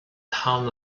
town